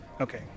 Okay